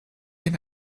can